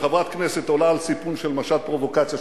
חברת כנסת עולה על סיפון של משט פרובוקציה,